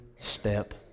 step